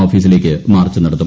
ഔഫീസിലേക്ക് march നടത്തും